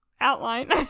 Outline